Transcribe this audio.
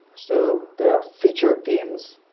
so the feature teams,